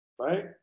Right